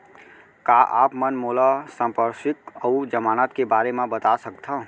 का आप मन मोला संपार्श्र्विक अऊ जमानत के बारे म बता सकथव?